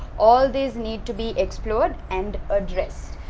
all these need to be explored and addressed.